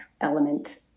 element